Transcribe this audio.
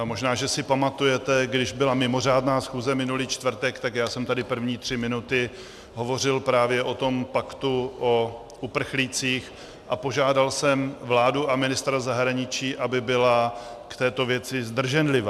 Možná že si pamatujete, když byla mimořádná schůze minulý čtvrtek, tak jsem tady první tři minuty hovořil právě o tom paktu o uprchlících a požádal jsem vládu a ministra zahraničí, aby byli v této věci zdrženliví.